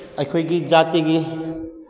ꯑꯩꯈꯣꯏꯒꯤ ꯖꯥꯇꯤꯒꯤ